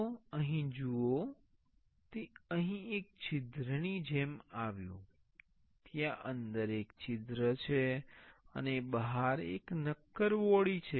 તો અહીં જુઓ તે અહીં એક છિદ્રની જેમ આવ્યું ત્યાં અંદર એક છિદ્ર છે અને બહાર એક નક્કર બોડી છે